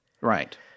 Right